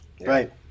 Right